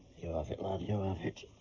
you have it, lad. you have it.